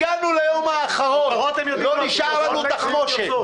הגענו ליום האחרון, לא נשארה לנו תחמושת.